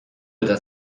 eta